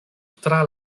tra